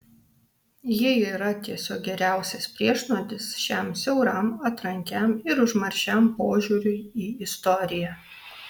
ji yra tiesiog geriausias priešnuodis šiam siauram atrankiam ir užmaršiam požiūriui į istoriją